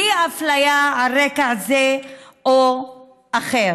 בלי אפליה על רקע זה או אחר.